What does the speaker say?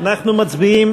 אנחנו מצביעים